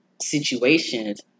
situations